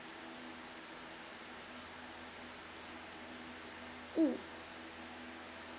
mm